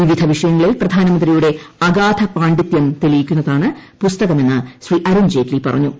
വിവിധ വിഷയങ്ങളിൽ പ്രധാനമന്ത്രിയുടെ അഗാധ പാണ്ഡിത്യം തെളിയിക്കുന്നതാണ് പുസ്ത്രമെന്ന് ശ്രീ അരുൺ ജെയ്റ്റ്ലി പറഞ്ഞു